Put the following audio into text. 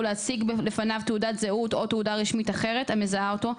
ולהציג לפניו תעודת זהות או תעודה רשמית אחרת המזהה אותו,